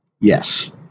Yes